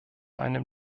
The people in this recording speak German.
einem